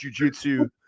jujitsu